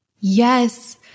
yes